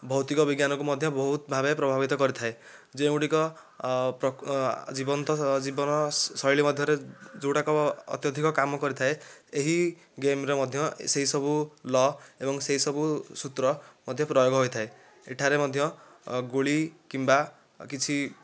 ଭୌତିକ ବିଜ୍ଞାନକୁ ମଧ୍ୟ ବହୁତ ଭାବେ ପ୍ରଭାବିତ କରିଥାଏ ଯେଉଁଗୁଡ଼ିକ ଜୀବନ୍ତ ଜୀବନ ଶୈଳୀ ମଧ୍ୟରେ ଯେଉଁଗୁଡ଼ିକ ଅତ୍ୟଧିକ କାମ କରିଥାଏ ଏହି ଗେମ୍ରେ ମଧ୍ୟ ସେଇସବୁ ଲ ଏବଂ ସେହିସବୁ ସୂତ୍ର ମଧ୍ୟ ପ୍ରୟୋଗ ହୋଇଥାଏ ଏଠାରେ ମଧ୍ୟ ଗୁଳି କିମ୍ବା କିଛି